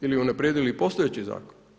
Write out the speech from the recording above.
Ili unaprijedili postojeći zakon?